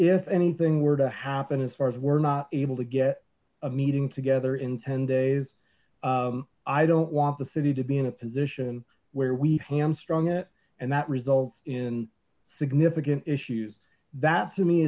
if anything were to happen as far as we're not able to get a meeting together in ten days i don't want the city to be in a position where we hamstrung it and that results in significant issues